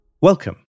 Welcome